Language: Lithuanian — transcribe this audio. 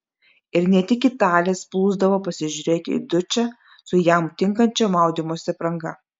ir ne tik italės plūsdavo pasižiūrėti į dučę su jam tinkančia maudymosi apranga